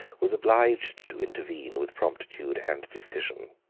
was obliged to intervene with promptitude and decision.